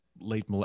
late